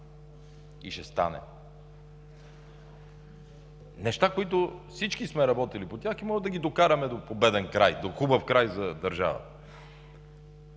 и ще станат, неща, по които всички сме работили и можем да ги докараме до победен край, до хубав край за държавата.